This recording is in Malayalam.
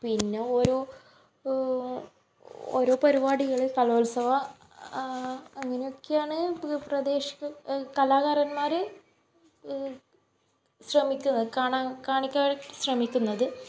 പിന്നെ ഓരോ ഓരോ പരിപാടികൾ കലോത്സവ ആ അങ്ങനെയൊക്കെയാണ് പുതു പ്രാദേശിക കലാകാരന്മാർ ശ്രമിക്കുന്നത് കാണാൻ കാണിക്കാൻ വേണ്ടി ശ്രമിക്കുന്നത്